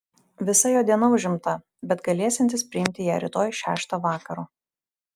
visa jo diena užimta bet galėsiantis priimti ją rytoj šeštą vakaro